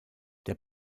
der